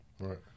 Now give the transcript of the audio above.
Right